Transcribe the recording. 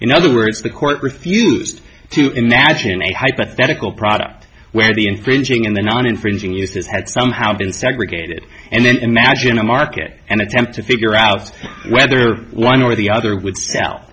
in other words the court refused to imagine a hypothetical product where the infringing in the non infringing uses had somehow been segregated and then imagine a market and attempt to figure out whether one or the other would sell